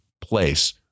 place